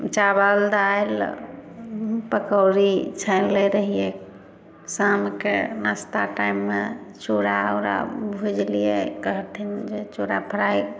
चावल दालि पकौड़ी छानि लै रहियै शामके नास्ता टाइममे चुरा ऊरा भुजलियै कहथिन जे चुरा फ्राइ